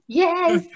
yes